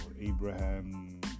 Abraham